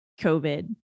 COVID